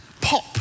pop